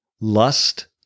Lust